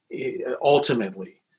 ultimately